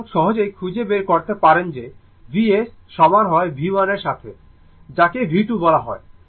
সুতরাং সহজেই খুঁজে বের করতে পারেন যে Vs সমান হয় V1 এর সাথে যাকে V2 বলা হয়